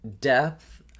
Depth